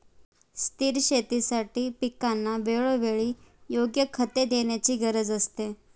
स्थिर शेतीसाठी पिकांना वेळोवेळी योग्य खते देण्याची गरज असते